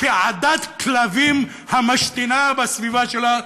כעדת כלבים המשתינה בסביבה שלה,